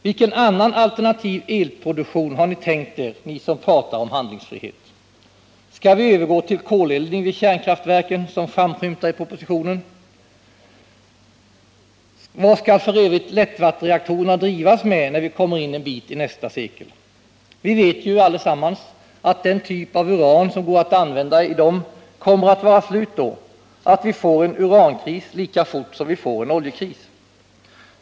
Vilken annan alternativ elproduktion har ni tänkt er, ni som pratar om handlingsfrihet? Skall vi övergå till koleldning vid kärnkraftverken, vilket framskymtar i propositionen? Vad skall f. ö. lättvattenreaktorerna drivas med när vi kommer in en bit i nästa sekel? Vi vet ju allesammans att den typ av uran som går att använda i dem kommer att vara slut då, att vi får en urankris lika fort som vi får en oljekris.